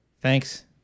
Thanks